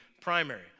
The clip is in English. primary